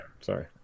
sorry